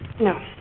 No